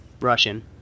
Russian